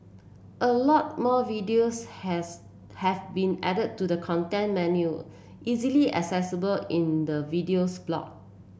a lot more videos has have been added to the content menu easily accessible in the Videos block